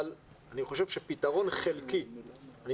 אבל אני חושב שפתרון חלקי לבעיה